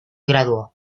graduó